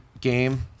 game